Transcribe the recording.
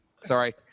Sorry